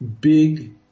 big